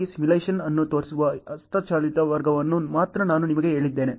ಹಾಗಾಗಿ ಸಿಮ್ಯುಲೇಶನ್ ಅನ್ನು ತೋರಿಸುವ ಹಸ್ತಚಾಲಿತ ಮಾರ್ಗವನ್ನು ಮಾತ್ರ ನಾನು ನಿಮಗೆ ಹೇಳಿದ್ದೇನೆ